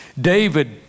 David